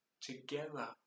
together